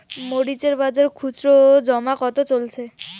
মরিচ এর বাজার খুচরো ও জমা কত চলছে?